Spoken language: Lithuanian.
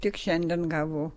tik šiandien gavau